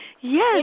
Yes